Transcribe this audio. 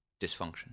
dysfunction